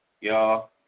y'all